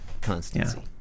Constancy